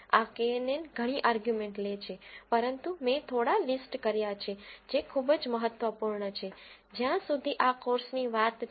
આ કેએનએન ઘણી આર્ગ્યુમેન્ટ લે છે પરંતુ મેં થોડા લિસ્ટ કર્યા છે જે ખૂબ જ મહત્વપૂર્ણ છે જ્યાં સુધીઆ કોર્સની વાત છે